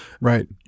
Right